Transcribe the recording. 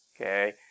okay